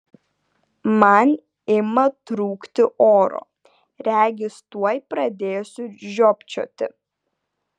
man ima trūkti oro regis tuoj pradėsiu žiopčioti